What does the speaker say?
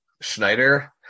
Schneider